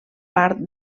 part